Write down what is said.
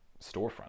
storefront